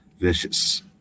vicious